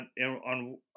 on